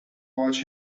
watch